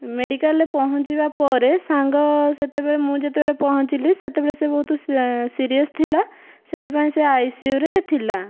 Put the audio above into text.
ମେଡ଼ିକାଲରେ ପହଞ୍ଚିବା ପରେ ସାଙ୍ଗ ସେତେବେଳେ ମୁଁ ଯେତେବେଳେ ପହଞ୍ଚିଲି ସେତେବେଳେ ସେ ବହୁତ ସିରିଏସ୍ ଥିଲା ସେଥିପାଇଁ ସେ ଆଇସିୟୁରେ ଥିଲା